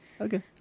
Okay